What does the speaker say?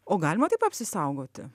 o galima taip apsisaugoti